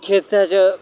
खेत्तरै च